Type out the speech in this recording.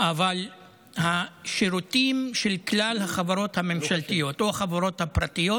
אבל השירותים של כלל החברות הממשלתיות או החברות הפרטיות